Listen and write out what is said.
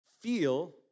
feel